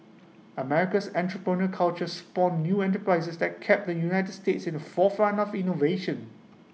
America's entrepreneurial culture spawned new enterprises that kept the united states in the forefront of innovation